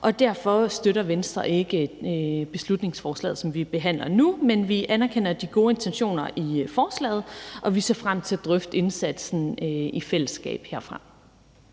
derfor støtter Venstre ikke beslutningsforslaget, som vi behandler nu. Men i Venstre anerkender vi de gode intentioner i forslaget, og vi ser frem til at drøfte indsatsen i fællesskab.